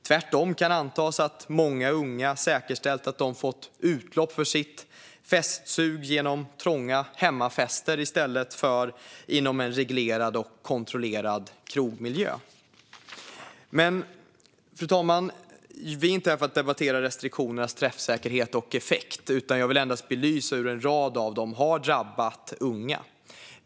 Tvärtom kan det antas att många unga säkerställt utlopp för sitt festsug genom trånga hemmafester i stället för inom en reglerad och kontrollerad krogmiljö. Men, fru talman, vi är inte här för att debattera restriktionernas träffsäkerhet och effekt, utan jag vill endast belysa hur en rad av dem har drabbat unga.